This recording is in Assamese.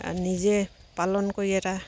নিজে পালন কৰি এটা